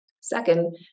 Second